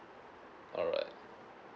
alright